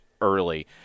early